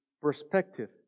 perspective